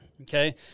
okay